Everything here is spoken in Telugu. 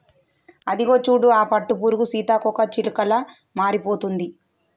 అదిగో చూడు ఆ పట్టుపురుగు సీతాకోకచిలుకలా మారిపోతుంది